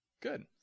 Good